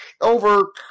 over